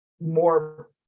more